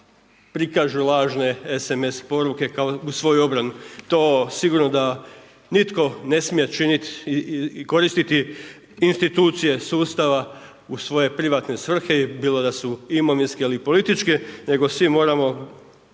prikažu lažne SMS poruke kao u svoju obrnu. To sigurno da nitko ne smije činiti i koristiti institucije sustava u svoje privatne svrhe bilo da su imovinske ili političke, nego svi moramo